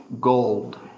gold